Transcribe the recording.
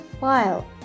file